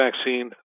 vaccine